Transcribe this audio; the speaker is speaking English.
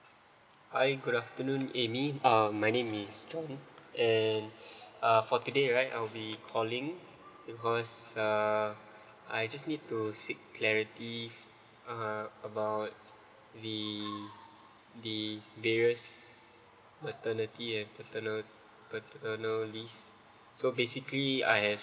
hi good afternoon amy um my name is john and uh for today right uh I'll be calling because err I just need to seek clarity uh about the the various maternity and paternal paternal leave so basically I have